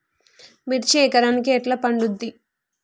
మిర్చి ఎకరానికి ఎట్లా పండుద్ధి?